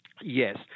Yes